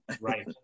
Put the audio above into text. Right